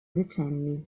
decenni